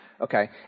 okay